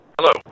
Hello